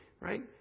right